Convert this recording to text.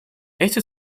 эти